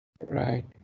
Right